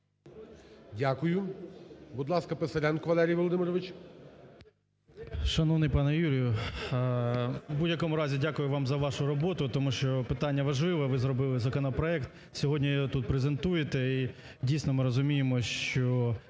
Дякую. Будь ласка, Писаренко Валерій Володимирович. 13:50:14 ПИСАРЕНКО В.В. Шановний пане Юрію, в будь-якому разі дякую вам за вашу роботу. Тому що питання важливе. Ви зробили законопроект, сьогодні його тут презентуєте. І дійсно, ми розуміємо, що